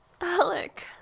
Alec